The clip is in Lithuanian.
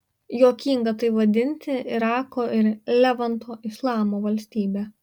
juokinga tai vadinti irako ir levanto islamo valstybe